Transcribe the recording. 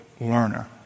learner